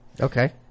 Okay